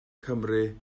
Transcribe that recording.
cymru